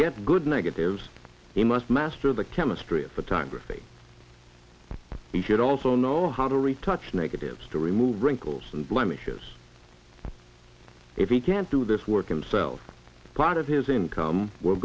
get good negatives he must master the chemistry of photography he should also know how to retouch negatives to remove wrinkles and blemishes if he can't do this work him self part of his income w